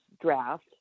draft